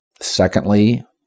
Secondly